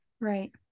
Right